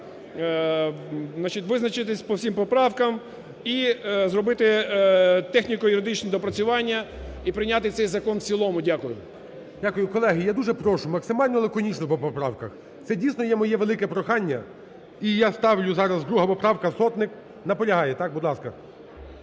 визначитись по всім поправкам і зробити техніко-юридичні доопрацювання, і прийняти цей закон в цілому. Дякую. ГОЛОВУЮЧИЙ. Дякую. Колеги, я дуже прошу, максимально лаконічно по поправках. Це дійсно є моє велике прохання. І я ставлю зараз, 2 поправка, Сотник. Наполягає, так? Будь ласка.